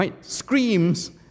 screams